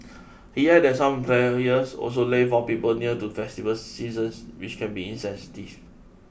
he added that some employers also lay off people near to festive seasons which can be insensitive